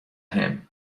him